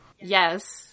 Yes